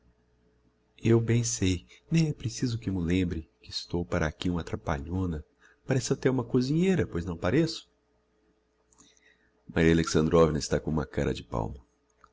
eu bem sei nem é preciso que m'o lembre que estou para aqui uma trapalhona pareço até uma cozinheira pois não pareço maria alexandrovna está com um cara de palmo